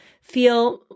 feel